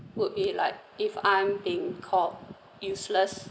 would be like if I'm being called useless